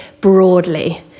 broadly